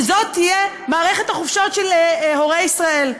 שזאת תהיה מערכת החופשות של הורי ישראל?